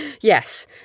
Yes